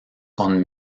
con